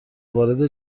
وارد